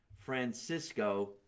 Francisco